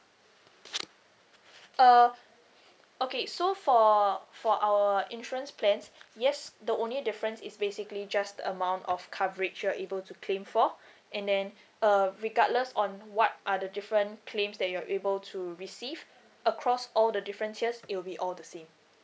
uh okay so for for our insurance plans yes the only difference is basically just the amount of coverage you are able to claim for and then uh regardless on what are the different claims that you're able to receive across all the different tiers it'll be all the same